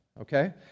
okay